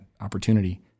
opportunity